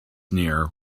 near